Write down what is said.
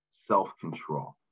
self-control